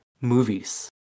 movies